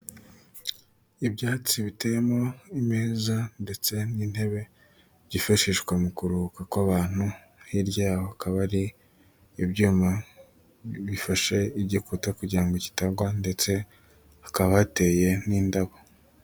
Ibyatsi biteyemo imeza ndetse n'intebe byifashishwa mu kuruhuka kw'abantu, hirya yaho hakaba hari ibyuma bifashe igikuta kugira ngo kitagwa ndetse hakaba hateye n'indabo.